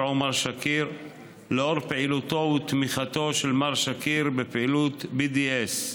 עומר שאכר לאור פעילותו ותמיכתו של מר שאכר בפעילות BDS,